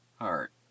heart